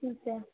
ઠીક છે